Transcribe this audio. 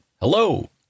Hello